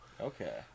Okay